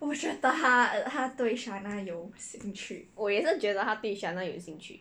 我也是觉得他对 shana 有兴趣